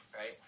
right